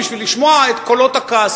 כדי לשמוע את קולות הכעס.